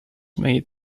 made